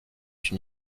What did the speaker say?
une